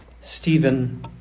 Stephen